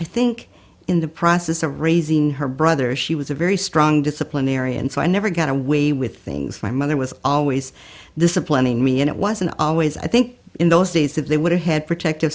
i think in the process of raising her brother she was a very strong disciplinary and so i never got away with things my mother was always disciplining me and it wasn't always i think in those days if they would head protective